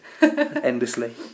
Endlessly